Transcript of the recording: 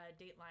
Dateline